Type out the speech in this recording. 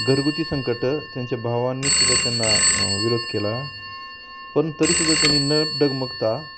घरगुती संकटं त्यांच्या भावांनीसुद्धा त्यांना विरोध केला पण तरीसुद्धा त्यांनी न डगमगता